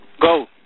Go